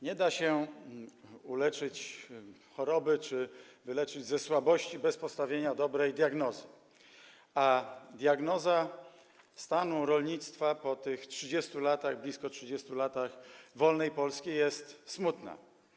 Nie da się uleczyć choroby czy wyleczyć ze słabości bez postawienia dobrej diagnozy, a diagnoza stanu rolnictwa po tych 30 latach, blisko 30 latach wolnej Polski jest smutna.